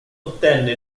ottenne